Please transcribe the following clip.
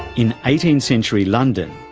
in eighteenth century london,